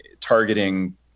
targeting